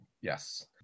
Yes